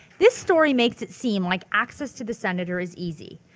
this story makes it seem like access to the senator is easy,